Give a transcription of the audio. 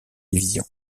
division